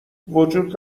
وجود